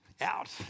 out